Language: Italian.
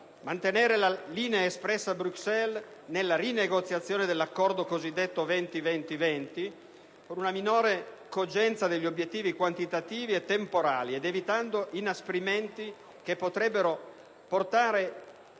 mantenere la linea espressa a Bruxelles nella rinegoziazione dell'Accordo cosiddetto 20-20-20, con una minore cogenza degli obiettivi quantitativi e temporali ed evitando inasprimenti che potrebbero portare